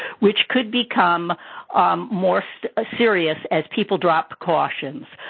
which could become more so ah serious as people drop precautions.